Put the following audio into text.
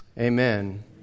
amen